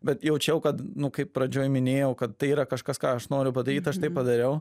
bet jaučiau kad nu kaip pradžioj minėjau kad tai yra kažkas ką aš noriu padaryt aš tai padariau